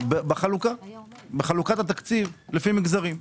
בחלוקת התקציב לפי מגזרים.